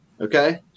okay